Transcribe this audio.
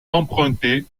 emprunté